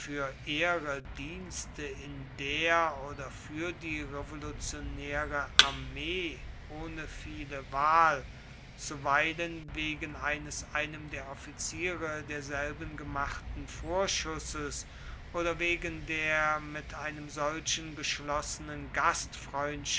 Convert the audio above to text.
ehre dienste in der oder für die revolutionäre armee ohne viele wahl zuweilen wegen eines einem der offiziere derselben gemachten vorschusses oder wegen der mit einem solchen geschlossenen